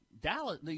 Dallas